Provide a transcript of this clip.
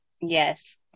yes